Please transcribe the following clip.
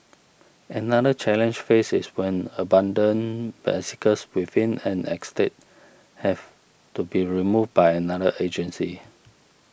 another challenge face is when abandoned bicycles within an estate have to be removed by another agency